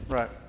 Right